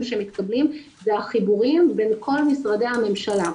שמתקבלים זה החיבורים בין כל משרדי הממשלה.